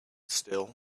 still